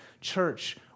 Church